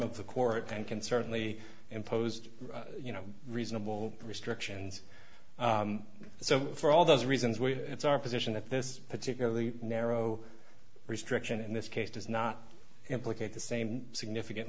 of the court and can certainly imposed you know reasonable restrictions so for all those reasons we it's our position that this particularly narrow restriction in this case does not implicate the same significant